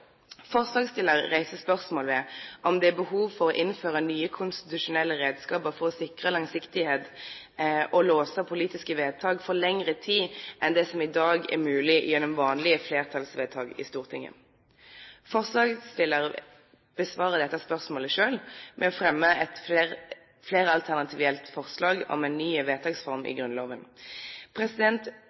reiser spørsmål ved om det er behov for å innføre nye konstitusjonelle redskaper for å sikre langsiktighet og låse politiske vedtak for lengre tid enn det som i dag er mulig gjennom vanlige flertallsvedtak i Stortinget. Forslagsstillerne besvarer dette spørsmålet selv med å fremme et fleralternativt forslag om en ny vedtaksform i Grunnloven.